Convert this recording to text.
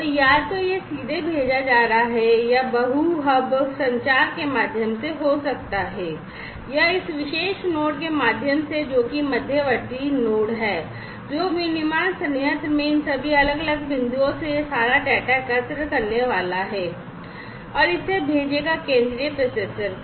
तो या तो यह सीधे भेजा जा रहा है या multi hub संचार के माध्यम से हो सकता है या इस विशेष नोड के माध्यम से जो कि एक मध्यवर्ती नोड है जो विनिर्माण संयंत्र में इन सभी अलग अलग बिंदुओं से यह सारा डेटा एकत्र करने वाला है और इसे भेजेगा केंद्रीय प्रोसेसर को